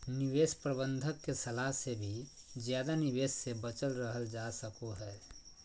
निवेश प्रबंधक के सलाह से भी ज्यादा निवेश से बचल रहल जा सको हय